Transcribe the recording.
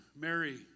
Mary